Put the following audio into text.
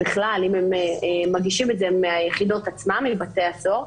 בכלל אם הם מגישים את זה מהיחידות עצמן לבתי הסוהר.